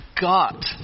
got